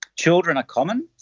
children are common,